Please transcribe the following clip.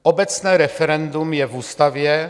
Obecné referendum je v ústavě.